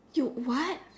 you what